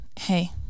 hey